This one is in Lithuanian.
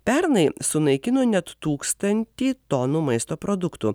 pernai sunaikino net tūkstantį tonų maisto produktų